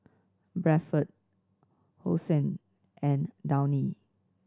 Bradford Hosen and Downy